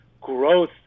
Growth